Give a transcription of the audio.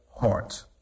heart